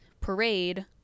Parade